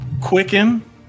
quicken